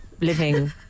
Living